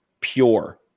pure